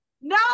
No